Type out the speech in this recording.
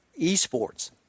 eSports